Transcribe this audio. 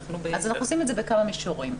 אנחנו עושים את זה בכמה מישורים.